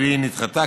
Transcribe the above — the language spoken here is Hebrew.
והיא נדחתה,